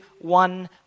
one